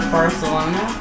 Barcelona